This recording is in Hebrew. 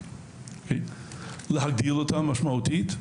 להגדיל אותם משמעותית,